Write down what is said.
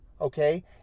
okay